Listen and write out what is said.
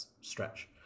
stretch